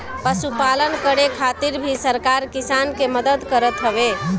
पशुपालन करे खातिर भी सरकार किसान के मदद करत हवे